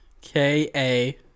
K-A